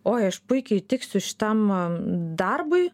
oi aš puikiai tiksiu šitam darbui